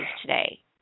today